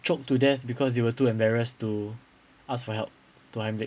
choked to death because they were too embarrassed to ask for help to hiemlich